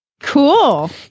Cool